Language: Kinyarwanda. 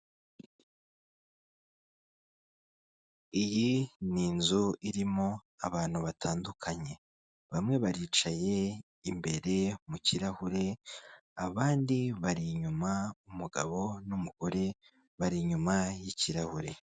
Iyi ni inzu irimo abantu batandukanye, bamwe baricaye imbere mu kirahure abandi bari inyuma, umugabo n'umugore bari inyuma y'ikirahure.